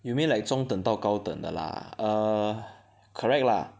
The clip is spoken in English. you mean like 中等到高等的 lah err correct lah